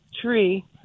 tree